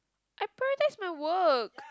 apparently this is my work